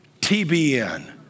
TBN